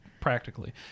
practically